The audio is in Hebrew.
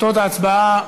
תוצאות ההצבעה: